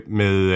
med